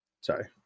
Sorry